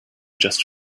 just